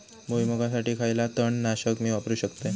भुईमुगासाठी खयला तण नाशक मी वापरू शकतय?